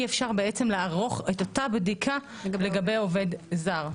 אי אפשר לערוך את אותה בדיקה לגבי עובד זר.